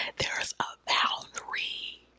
there is a boundary,